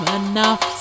enough